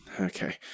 Okay